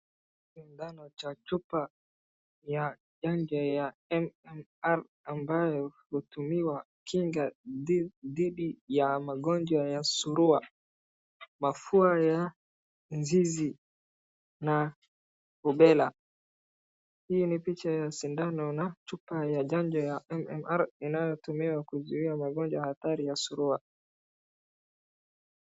Sindano cha chupa ya chanjo ya MMR ambayo hutumiwa kinga dhidi ya magonjwa ya surua, mafua ya nzizi na rubela. Hii ni picha ya sindano na chupa ya janjo ya MMR inayotumiwa kuzuia magonjwa hatari ya surua.